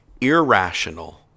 irrational